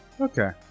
Okay